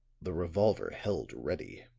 the revolver held ready